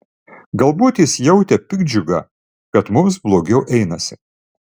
galbūt jis jautė piktdžiugą kad mums blogiau einasi